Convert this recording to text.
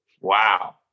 Wow